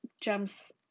jumps